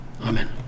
amen